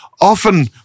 often